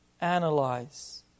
analyze